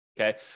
Okay